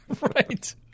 Right